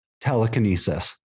telekinesis